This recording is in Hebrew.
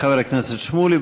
תודה, חבר הכנסת שמולי.